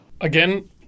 Again